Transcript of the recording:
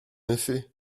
effet